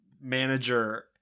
manager